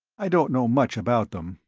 i don't know much about them,